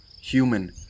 Human